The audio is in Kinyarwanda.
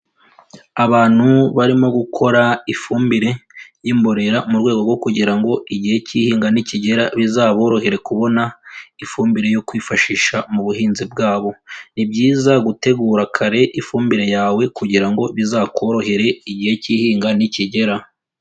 Abantu barimo gukora ifumbire y'imborera mu rwego rwo kugira ngo igihe k'ihinga nikigera bizaborohere kubona ifumbire yo kwifashisha mu buhinzi bwabo, ni byiza gutegura kare ifumbire yawe kugira ngo bizakorohere igihe k'ihinga nikigera.